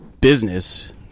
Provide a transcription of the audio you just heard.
business